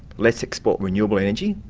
let's export renewable energy.